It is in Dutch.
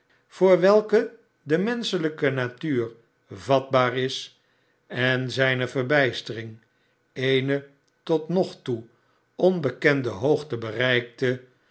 voor welke de menschelijke natuur vatbaar is en zijne verbijstering eene tot nog toe onbekende hoogte bereikte